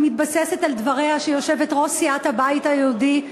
שמתבססת על דבריה של יושבת-ראש סיעת הבית היהודי,